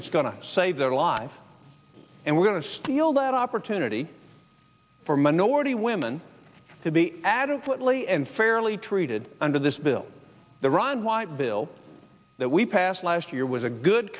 that's going to save their lives and we're going to steal that opportunity for minority women to be adequately and fairly treated under this bill the rod why bill that we passed last year was a good